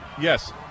Yes